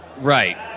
Right